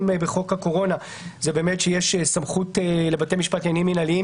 בחוק הקורונה שיש סמכות לבתי משפט לעניינים מינהליים,